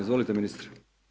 Izvolite ministre.